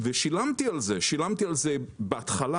שילמתי על זה בהתחלה.